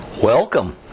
Welcome